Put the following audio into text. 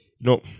No